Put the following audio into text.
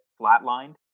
flatlined